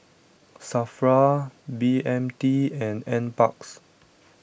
Safra B M T and NParks